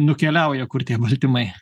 nukeliauja kur tie baltymai